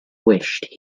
wished